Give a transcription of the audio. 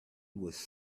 was